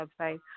website